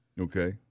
Okay